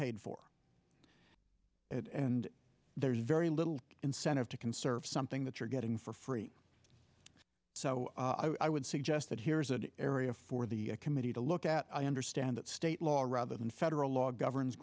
paid for and there's very little incentive to conserve something that you're getting for free so i would suggest that here is an area for the committee to look at i understand that state law rather than federal law governs